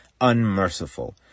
unmerciful